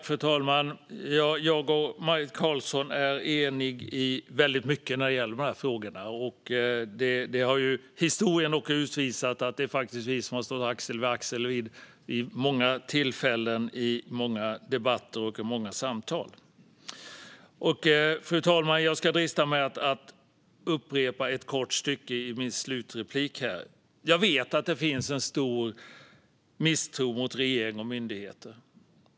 Fru talman! Maj Karlsson och jag är eniga i väldigt mycket när det gäller de här frågorna. Historien har också visat att det faktiskt är vi som har stått axel vid axel vid många tillfällen, i många debatter och i många samtal. Fru talman! Jag ska drista mig att upprepa ett kort stycke här i min slutreplik: Jag vet att det finns en stor misstro mot regering och myndigheter.